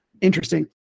interesting